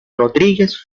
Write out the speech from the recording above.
rodríguez